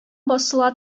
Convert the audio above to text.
басыла